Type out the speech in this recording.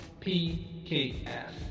PKS